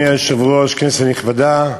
אדוני היושב-ראש, כנסת נכבדה,